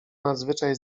nadzwyczaj